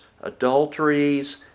adulteries